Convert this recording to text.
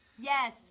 Yes